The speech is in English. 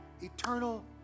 eternal